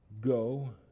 go